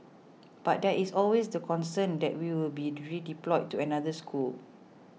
but there is always the concern that we will be redeployed to another school